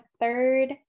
third